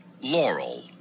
Laurel